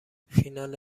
فینال